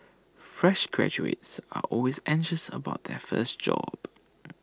fresh graduates are always anxious about their first job